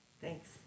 Thanks